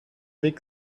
weg